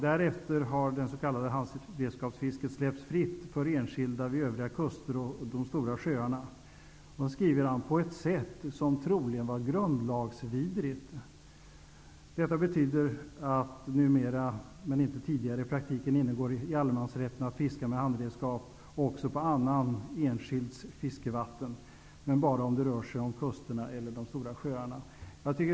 Därefter har det s.k. handredskapsfisket släppts fritt för enskilda vid övriga kuster och i de stora sjöarna på ett sätt som troligen är grundlagsvidrigt. Detta betyder att det numera -- men inte tidigare i praktiken -- ingår i allemansrätten att fiska med handredskap också på annan enskilds fiskevatten, men bara om det rör sig om kusterna och de stora sjöarna.